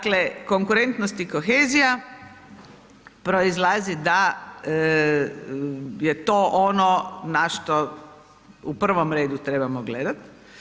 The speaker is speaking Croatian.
Dakle konkurentnost i kohezija proizlazi da je to ono na što u prvom redu trebamo gledati.